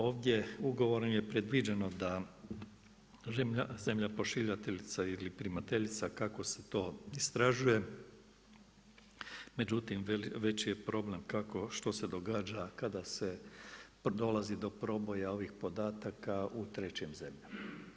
Ovdje ugovorom je predviđeno da zemlja pošiljateljica ili primateljica kako se to istražuje, međutim veći je problem kako, što se događa da se dolazi do proboja ovih podataka u trećim zemljama.